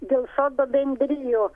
dėl sodo bendrijų